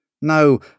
No